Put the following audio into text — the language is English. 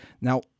Now